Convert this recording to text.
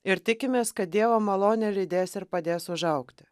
ir tikimės kad dievo malonė lydės ir padės užaugti